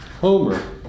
Homer